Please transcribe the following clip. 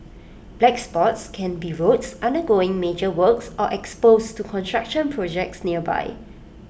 black spots can be roads undergoing major works or exposed to construction projects nearby